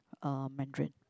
uh Mandarin